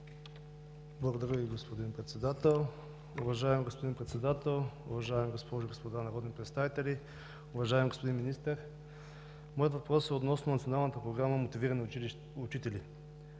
Благодаря Ви, господин Председател. Уважаеми господин Председател, уважаеми госпожи и господа народни представители! Уважаеми господин Министър, моят въпрос е относно Националната програма „Мотивирани учители“.